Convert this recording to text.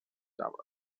arbres